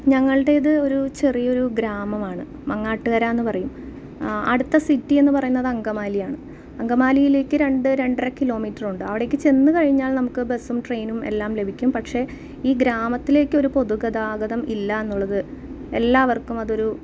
ഞങ്ങളുടേത് ഒരു ചെറിയൊരു ഗ്രാമമാണ് മങ്ങാട്ടുകര എന്ന് പറയും അടുത്ത സിറ്റി എന്ന് പറയുന്നത് അങ്കമാലിയാണ് അങ്കമാലിയിലേക്ക് രണ്ട് രണ്ടര കിലോമീറ്റർ ഉണ്ട് അവിടേക്ക് ചെന്ന് കഴിഞ്ഞാൽ നമുക്ക് ബസ്സും ട്രെയിനും എല്ലാം ലഭിക്കും പക്ഷേ ഈ ഗ്രാമത്തിലേക്കൊരു പൊതുഗതാഗതം ഇല്ല എന്നുള്ളത് എല്ലാവർക്കും അതൊരു